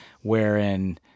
wherein